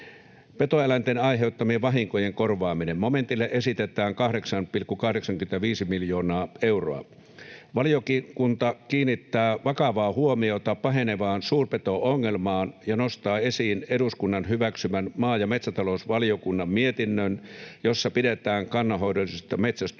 Petoeläinten aiheuttamien vahinkojen korvaaminen: Momentille esitetään 8,85 miljoonaa euroa. Valiokunta kiinnittää vakavaa huomiota pahenevaan suurpeto-ongelmaan ja nostaa esiin eduskunnan hyväksymän maa‑ ja metsätalousvaliokunnan mietinnön, jossa pidetään kannanhoidollista metsästystä